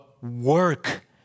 work